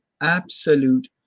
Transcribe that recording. absolute